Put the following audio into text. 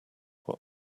were